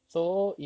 mm